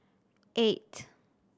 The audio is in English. eight